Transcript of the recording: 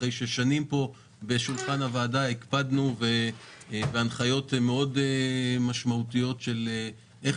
אחרי שבמשך שנים פה בשולחן הוועדה הקפדנו בהנחיות משמעותיות מאוד של איך